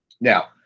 Now